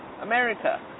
America